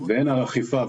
ואין אכיפה,